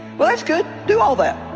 well, that's good. do all that